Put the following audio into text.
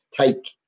take